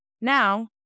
Now